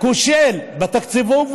כושל בתפקידו,